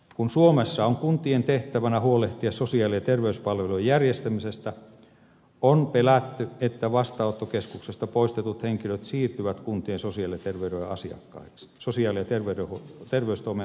kun suomessa on kuntien tehtävänä huolehtia sosiaali ja terveyspalvelujen järjestämisestä on pelätty että vastaanottokeskuksesta poistetut henkilöt siirtyvät kuntien sosiaali ja terveystoimen asiakkaiksi